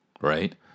right